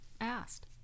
asked